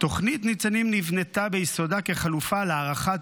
תוכנית ניצנים נבנתה ביסודה כחלופה להארכת